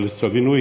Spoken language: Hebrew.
אבל תבינו,